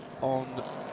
on